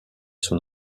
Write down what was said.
son